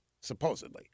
supposedly